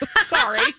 Sorry